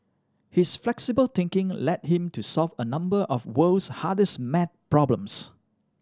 his flexible thinking led him to solve a number of world's hardest math problems